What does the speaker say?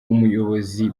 ubuyobozi